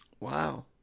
Wow